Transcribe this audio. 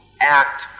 act